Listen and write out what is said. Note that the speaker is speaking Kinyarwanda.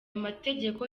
mategeko